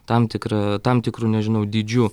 tam tikra tam tikru nežinau dydžiu